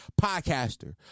podcaster